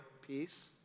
peace